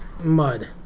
Mud